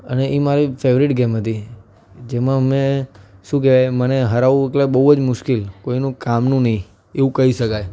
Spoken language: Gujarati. અને એ મારી ફેવરેટ ગેમ હતી જેમાં મેં શું કહેવાય મને હરાવવું કે બહુ જ મુશ્કિલ કોઈનું કામનું નહીં એવું કહી શકાય